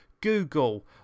Google